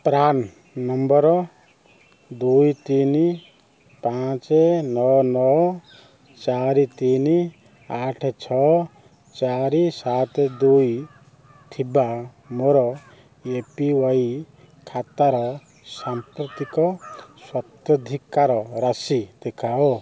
PRAN number ଦୁଇ ତିନି ପାଞ୍ଚ ନଅ ନଅ ଚାରି ତିନି ଆଠ ଛଅ ଚାରି ସାତ ଦୁଇ ଥିବା ମୋର ଏ ପି ୱାଇ ଖାତାର ସାମ୍ପ୍ରତିକ ସ୍ୱତ୍ୱାଧିକାର ରାଶି ଦେଖାଅ